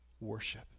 Worship